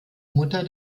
mutter